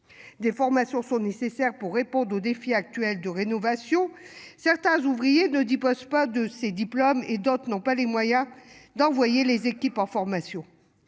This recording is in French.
Des formations sont nécessaires pour répondre aux défis actuels de rénovation certains ouvriers ne dipose pas de ces diplômes et d'autres n'ont pas les moyens d'envoyer les équipes en formation.